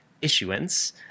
Issuance